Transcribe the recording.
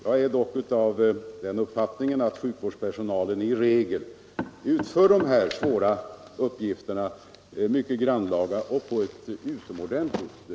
Jag är dock av den uppfattningen att sjukhuspersonalen i regel utför dessa svåra och ibland grannlaga uppgifter på ett utomordentligt sätt.